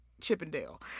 chippendale